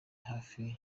hafi